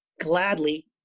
gladly